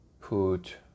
put